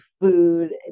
food